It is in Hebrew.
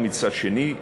ומצד שני,